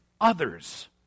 others